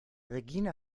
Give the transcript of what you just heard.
regine